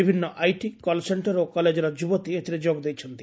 ବିଭିନ୍ ଆଇଟି କଲ ସେକ୍କର ଓ କଲେଜର ଯୁବତୀ ଏଥିରେ ଯୋଗଦେଇଛନ୍ତି